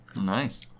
Nice